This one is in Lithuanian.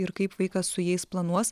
ir kaip vaikas su jais planuos